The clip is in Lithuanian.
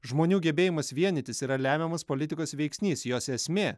žmonių gebėjimas vienytis yra lemiamas politikos veiksnys jos esmė